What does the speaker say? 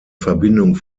verbindung